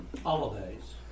holidays